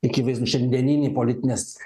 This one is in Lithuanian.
akivaizdų šiandieninį politinės